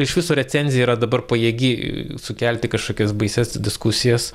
iš viso recenzija yra dabar pajėgi sukelti kažkokias baisias diskusijas